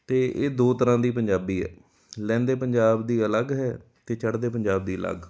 ਅਤੇ ਇਹ ਦੋ ਤਰ੍ਹਾਂ ਦੀ ਪੰਜਾਬੀ ਹੈ ਲਹਿੰਦੇ ਪੰਜਾਬ ਦੀ ਅਲੱਗ ਹੈ ਅਤੇ ਚੜਦੇ ਪੰਜਾਬ ਦੀ ਅਲੱਗ